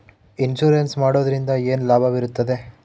Insurance ಮಾಡೋದ್ರಿಂದ ಏನು ಲಾಭವಿರುತ್ತದೆ?